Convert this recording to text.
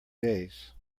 days